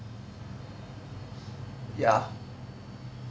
ya